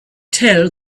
tell